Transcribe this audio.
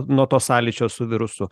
nuo to sąlyčio su virusu